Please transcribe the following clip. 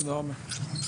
תודה רבה.